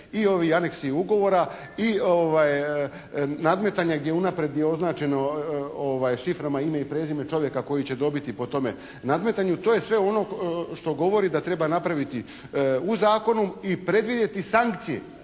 I ovi aneksi ugovora i nadmetanja gdje unaprijed je označeno šiframa ime i prezime čovjeka koji će dobiti po tome nadmetanju. To je sve ono što govori da treba napraviti u zakonu i predvidjeti sankcije.